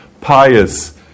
pious